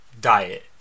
diet